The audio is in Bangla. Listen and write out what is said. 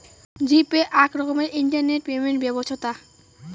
জি পে আক রকমের ইন্টারনেট পেমেন্ট ব্যবছ্থা